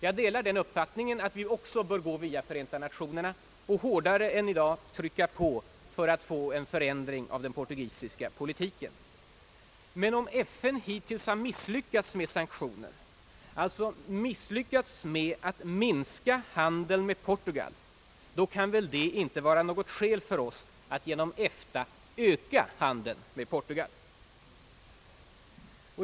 Jag delar den uppfattningen att vi också bör gå via Förenta Nationerna och hårdare än i dag trycka på för att få till stånd en förändring i den portugisiska politiken. Men om FN hittills har misslyckats med att besluta om sanktioner, alltså misslyckats med att minska handeln med Portugal, kan väl det inte vara ett skäl för oss att genom EFTA öka handeln med Portugal.